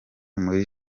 muri